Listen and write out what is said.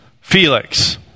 Felix